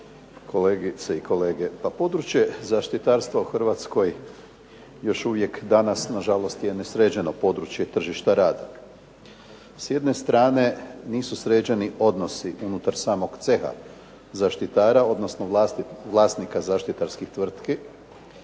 kolegice i kolege. Područje zaštitarstva u Hrvatskoj još uvijek danas nažalost je nesređeno područje tržišta rada. S jedne strane nisu sređeni odnosi unutar samog ceha zaštitara odnosno vlasnika zaštitarskih tvrtki